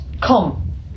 come